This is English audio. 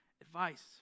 advice